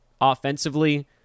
offensively